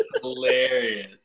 hilarious